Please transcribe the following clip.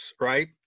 right